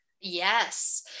Yes